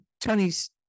tony's